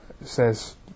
says